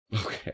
Okay